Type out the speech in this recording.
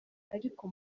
ariko